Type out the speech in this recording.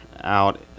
out